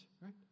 right